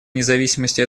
независимости